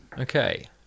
Okay